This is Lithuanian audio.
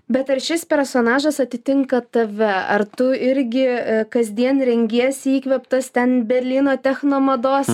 bet ar šis personažas atitinka tave ar tu irgi kasdien rengiesi įkvėptas ten berlyno techno mados